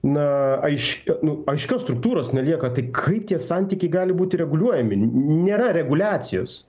na aišk nu aiškios struktūros nelieka tai kaip tie santykiai gali būti reguliuojami nėra reguliacijos